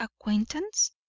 acquaintance